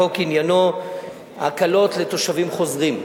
החוק עניינו הקלות לתושבים חוזרים.